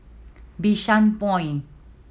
Bishan Point